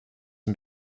and